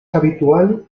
habitual